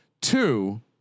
Two